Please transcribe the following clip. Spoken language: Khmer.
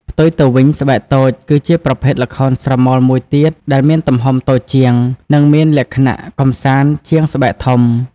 ផ្ទុយទៅវិញ ស្បែកតូច គឺជាប្រភេទល្ខោនស្រមោលមួយទៀតដែលមានទំហំតូចជាង និងមានលក្ខណៈកម្សាន្តជាងស្បែកធំ។